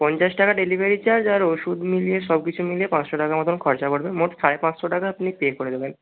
পঞ্চাশ টাকা delivery charge আর ওষুধ মিলিয়ে সব কিছু মিলিয়ে পাঁচশো টাকার মতন খরচা পড়বে মোট সাড়ে পাঁচশো টাকা আপনি পে করে দেবেন